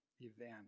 event